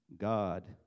God